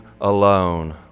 alone